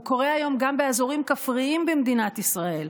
הוא קורה היום גם באזורים כפריים במדינת ישראל,